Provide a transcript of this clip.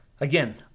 again